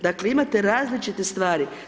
Dakle imate različite stvari.